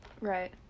Right